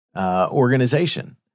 organization